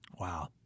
Wow